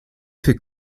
fait